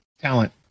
talent